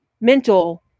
mental